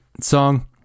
song